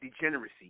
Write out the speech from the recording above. degeneracy